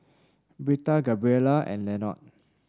Britta Gabriela and Lenord